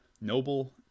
noble